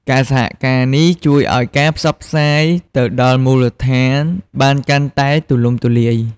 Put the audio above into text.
ការសហការនេះជួយឱ្យការផ្សព្វផ្សាយទៅដល់មូលដ្ឋានបានកាន់តែទូលំទូលាយ។